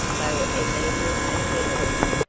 though immediate and generous,